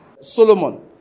Solomon